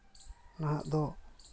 ᱱᱟᱦᱟᱜ ᱫᱚ